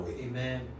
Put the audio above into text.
Amen